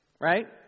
right